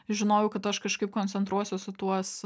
žinojau kad aš kažkaip koncentruosiuos į tuos